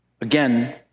Again